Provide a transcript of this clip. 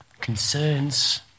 concerns